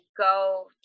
go